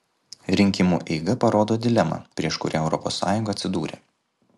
rinkimų eiga parodo dilemą prieš kurią europos sąjunga atsidūrė